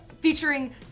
Featuring